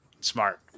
smart